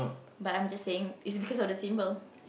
but I'm just saying it's because of the symbol